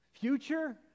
future